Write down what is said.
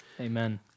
Amen